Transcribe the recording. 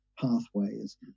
pathways